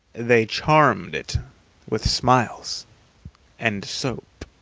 they charmed it with smiles and soap.